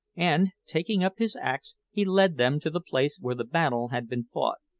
and taking up his axe, he led them to the place where the battle had been fought.